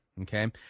okay